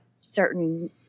certain